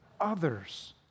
others